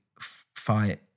fight